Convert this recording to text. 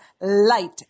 light